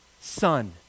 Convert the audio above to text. son